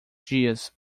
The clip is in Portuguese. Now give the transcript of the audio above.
dias